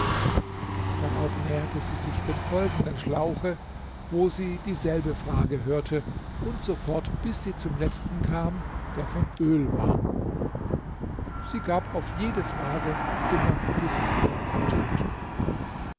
darauf näherte sie sich dem folgenden schlauche wo sie dieselbe frage hörte und so fort bis sie zum letzten kam der von öl war sie gab auf jede frage immer dieselbe antwort